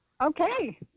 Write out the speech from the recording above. Okay